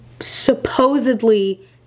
supposedly